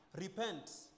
repent